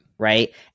right